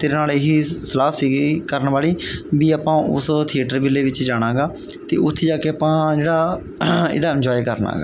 ਤੇਰੇ ਨਾਲ ਇਹੀ ਸਲਾਹ ਸੀਗੀ ਕਰਨ ਵਾਲੀ ਵੀ ਆਪਾਂ ਉਸ ਥੀਏਟਰ ਮੇਲੇ ਵਿੱਚ ਜਾਣਾ ਗਾ ਅਤੇ ਉੱਥੇ ਜਾ ਕੇ ਆਪਾਂ ਜਿਹੜਾ ਇਹਦਾ ਇੰਜੋਏ ਕਰਨਾ ਗਾ